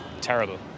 terrible